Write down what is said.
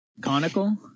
Conical